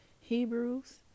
Hebrews